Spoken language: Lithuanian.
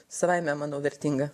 savaime manau vertinga